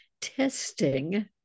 testing